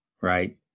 right